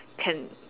can